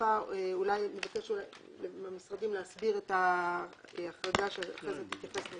נבקש מהמשרדים להסביר את ההחרגה ואחרי זה נתייחס.